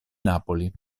napoli